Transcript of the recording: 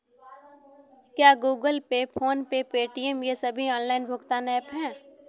क्या Google Pay PhonePe Paytm ये सभी ऑनलाइन भुगतान ऐप हैं?